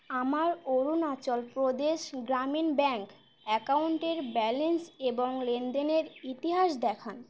আমার অরুণাচলপ্রদেশ গ্রামীণ ব্যাঙ্ক অ্যাকাউন্টের ব্যালেন্স এবং লেনদেনের ইতিহাস দেখান